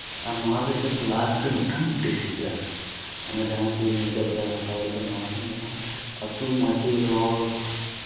ᱱᱚᱣᱟᱨᱮ ᱞᱟᱥᱴ ᱨᱮ ᱪᱮᱫ ᱞᱟᱥᱴ ᱨᱮ ᱢᱤᱫᱴᱟᱱ ᱰᱤᱥᱤᱡᱮᱱ ᱚᱱᱮ ᱡᱟᱦᱟᱸ ᱠᱤ ᱢᱩᱪᱟᱹᱫ ᱨᱮ ᱦᱟᱛᱟᱣ ᱦᱩᱭᱩᱜᱼᱟ ᱱᱚᱣᱟ ᱦᱚᱸ ᱡᱮᱢᱚᱱ ᱟᱛᱳ ᱢᱟᱹᱡᱷᱤ ᱦᱚᱲ